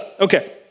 Okay